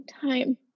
time